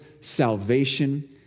salvation